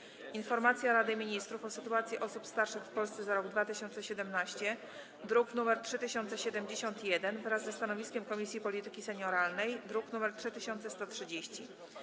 17. Informacja Rady Ministrów o sytuacji osób starszych w Polsce za rok 2017 (druk nr 3071) wraz ze stanowiskiem Komisji Polityki Senioralnej (druk nr 3130)